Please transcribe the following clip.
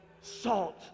Salt